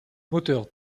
moteur